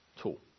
tool